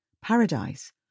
paradise